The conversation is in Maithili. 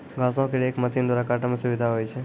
घासो क रेक मसीन द्वारा काटै म सुविधा होय छै